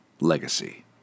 Legacy